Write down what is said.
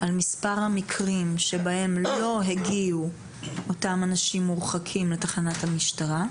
על מספר המקרים שבהם לא הגיעו אותם אנשים מורחקים לתחנת המשטרה,